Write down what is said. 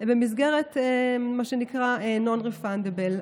במסגרת מה שנקרא non-refundable.